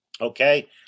Okay